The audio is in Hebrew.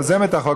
יוזמת החוק,